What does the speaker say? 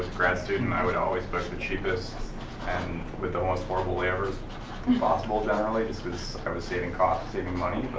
grad student, i would always book the cheapest with the most horrible layovers as possible, generally, just because i was saving cost and saving money,